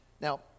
Now